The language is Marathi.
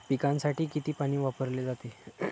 पिकांसाठी किती पाणी वापरले जाते?